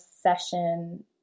session